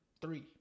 three